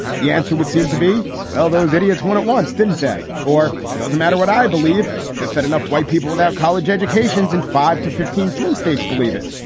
the answer would seem to be, well, those idiots won at once, didn't they? or does it matter what i believe? just that enough white people without college educations educations in five to fifteen swing states believe it.